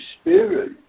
Spirit